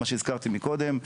כפי שהזכרתי קודם,